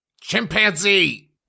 Chimpanzee